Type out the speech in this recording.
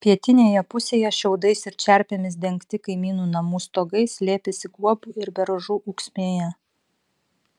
pietinėje pusėje šiaudais ir čerpėmis dengti kaimynų namų stogai slėpėsi guobų ir beržų ūksmėje